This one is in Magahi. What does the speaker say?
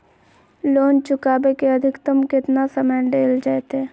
लोन चुकाबे के अधिकतम केतना समय डेल जयते?